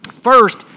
First